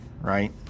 right